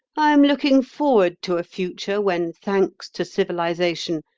i am looking forward to a future when, thanks to civilisation,